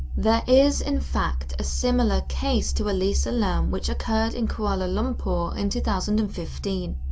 there is, in fact, a similar case to elisa lam which occurred in kuala lampur in two thousand and fifteen.